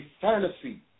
fantasy